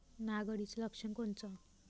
नाग अळीचं लक्षण कोनचं?